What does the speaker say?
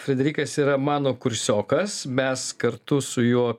fredrikas yra mano kursiokas mes kartu su juo